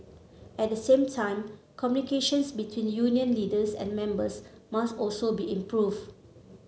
at the same time communications between union leaders and members must also be improved